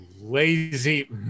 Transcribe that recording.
lazy